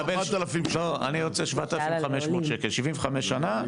פשוט את כדוגמה להרבה חיילים שזה קורה להם.